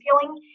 feeling